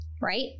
right